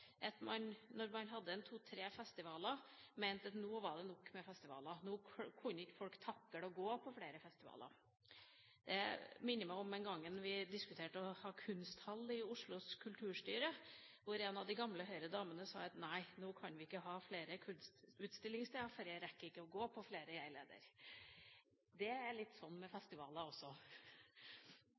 at man, da man hadde to–tre festivaler, mente at nå var det nok med festivaler, nå kunne ikke folk takle å gå på flere festivaler. Det minner meg om den gangen vi diskuterte kunsthall i Oslos kulturstyre, hvor en av de gamle Høyre-damene sa at nei, nå kan vi ikke ha flere kunstutstillinger, for jeg rekker ikke å gå på flere, jeg, leder! Det er litt sånn med festivaler også.